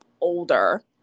older